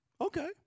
Okay